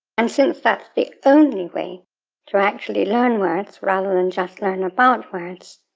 and since that's the only way to actually learn words rather than just learn about words,